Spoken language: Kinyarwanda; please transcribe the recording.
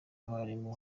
abarimu